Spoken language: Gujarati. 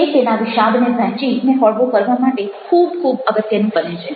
તે તેના વિષાદને વહેંચીને હળવો કરવા માટે ખૂબ ખૂબ અગત્યનું બને છે